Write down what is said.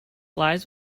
lies